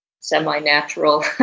semi-natural